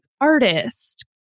artist